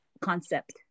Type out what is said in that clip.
concept